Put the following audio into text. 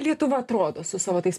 lietuva atrodo su savo tais